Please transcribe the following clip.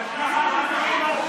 חבורת